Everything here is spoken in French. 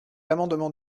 l’amendement